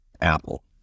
Apple